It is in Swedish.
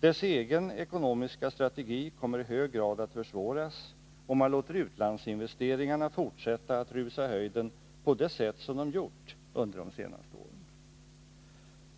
Dess egen ekonomiska strategi kommer i hög grad att försvåras, om man låter utlandsinvesteringarna fortsätta att rusa i höjden på det sätt som de gjort under de senaste åren.